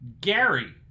Gary